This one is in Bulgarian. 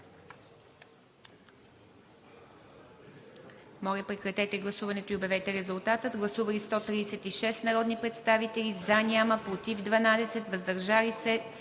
Моля, прекратете гласуването и обявете резултата. Гласували 194 народни представители: за 96, против 80, въздържали се